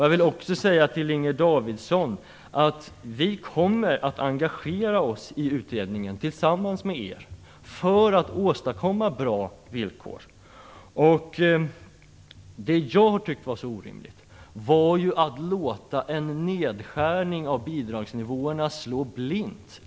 Jag vill också säga till Inger Davidson att vi kommer att engagera oss i utredningen tillsammans med er för att åstadkomma bra villkor. Det jag tycker var orimligt var att låta en nedskärning av bidragen slå blint.